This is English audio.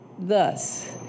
thus